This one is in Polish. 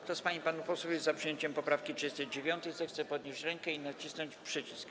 Kto z pań i panów posłów jest za przyjęciem poprawki 39., zechce podnieść rękę i nacisnąć przycisk.